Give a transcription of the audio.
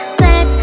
sex